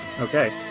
Okay